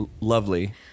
lovely